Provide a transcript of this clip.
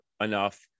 enough